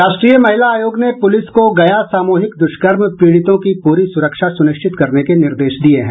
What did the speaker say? राष्ट्रीय महिला आयोग ने पुलिस को गया सामूहिक दुष्कर्म पीड़ितों की पूरी सुरक्षा सुनिश्चित करने के निर्देश दिये हैं